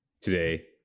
Today